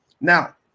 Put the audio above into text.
Now